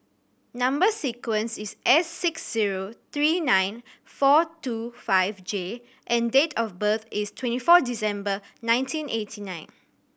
number sequence is S six zero three nine four two five J and date of birth is twenty four December nineteen eighty nine